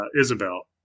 isabel